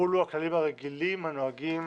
יחולו הכללים הרגילים הנוהגים